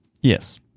Yes